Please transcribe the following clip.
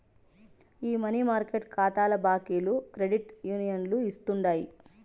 ఈ money market కాతాల బాకీలు క్రెడిట్ యూనియన్లు ఇస్తుండాయి